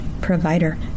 provider